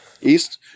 East